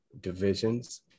divisions